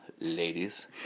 ladies